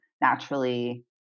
naturally